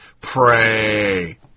pray